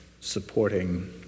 supporting